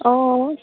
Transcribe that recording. অঁ